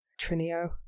Trinio